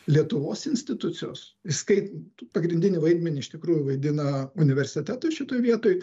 lietuvos institucijos įskaitant pagrindinį vaidmenį iš tikrųjų vaidina universitetai šitoj vietoj